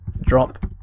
drop